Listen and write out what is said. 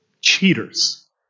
cheaters